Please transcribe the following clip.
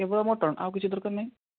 କେବଳ ମଟନ୍ ଆଉ କିଛି ଦରକାର ନାହିଁ